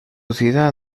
ciudad